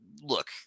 look